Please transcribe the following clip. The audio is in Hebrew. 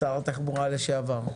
שר התחבורה לשעבר.